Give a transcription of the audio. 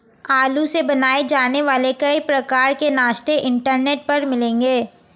आलू से बनाए जाने वाले कई प्रकार के नाश्ते इंटरनेट पर मिलेंगे